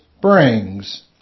brings